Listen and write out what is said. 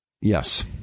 Yes